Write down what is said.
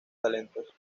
talentos